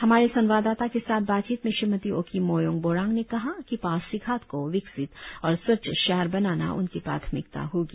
हमारे संवाददाता के साथ बातचीत में श्रीमती ओकी मोयोंग बोरांग ने कहा कि पासीघाट को विकसिर और स्वच्छ शहर बनाना उनकी प्राथमिकता होगी